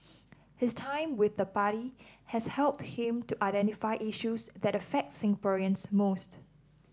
his time with the party has helped him to identify issues that affect Singaporeans most